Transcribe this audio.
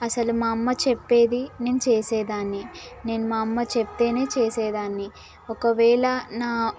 అసలు మా అమ్మ చెప్పేది నేను చేసేదాన్ని నేను మా అమ్మ చెప్తే చేసే దాన్ని ఒకవేళ నా